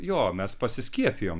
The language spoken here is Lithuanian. jo mes pasiskiepijom